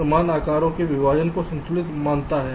यह समान आकारों के विभाजन को संतुलित मानता है